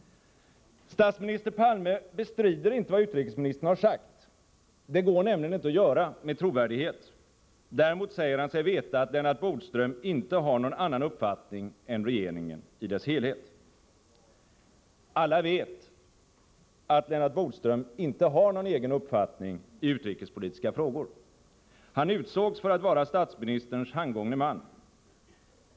Statsminister Palme bestrider inte vad utrikesministern har sagt. Det går nämligen inte att göra det med trovärdighet. Däremot säger han sig veta att Lennart Bodström inte har någon annan uppfattning än regeringen i dess helhet. Alla vet att Lennart Bodström inte har någon egen uppfattning i utrikespolitiska frågor. Han utsågs för att vara statsministerns handgångne man.